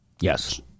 Yes